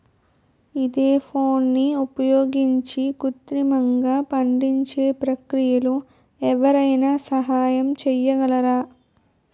ఈథెఫోన్ని ఉపయోగించి కృత్రిమంగా పండించే ప్రక్రియలో ఎవరైనా సహాయం చేయగలరా?